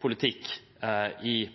politikk i